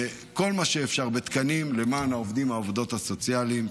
ובכל מה שאפשר למען העובדים והעובדות הסוציאליים.